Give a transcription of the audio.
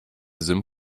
sim